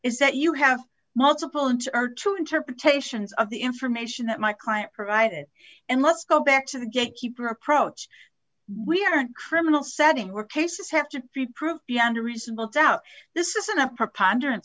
is that you have multiple and or true interpretations of the information that my client provided and let's go back to the gate keeper approach we aren't criminal setting where cases have to be proved beyond a reasonable doubt this isn't a preponderance